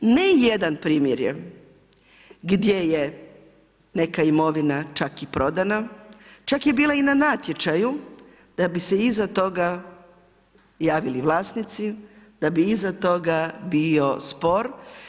Ne jedan primjer gdje je neka imovina čak i prodana, čak i bila na natječaju da bi se iza toga javili vlasnici, da bi iza toga bio spor.